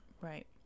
right